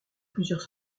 plusieurs